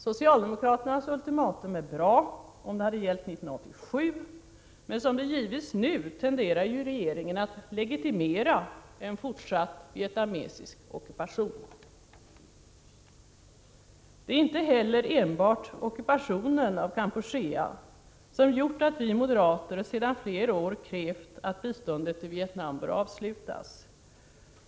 Socialdemokraternas ultimatum är bra, om det hade gällt 1987, men som det givits nu tenderar ju regeringen att legitimera en fortsatt vietnamesisk ockupation. Det är ju inte heller enbart ockupationen av Kampuchea som gjort att vi moderater sedan flera år krävt att biståndet till Vietnam bör avslutas.